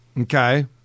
Okay